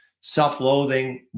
self-loathing